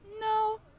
No